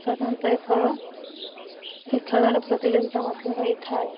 ସାଧାରଣତଃ ଏହି ଖେଳ ଏହି ଖେଳର ପ୍ରତିଯୋଗିତା ମଧ୍ୟ ହୋଇଥାଏ